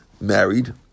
married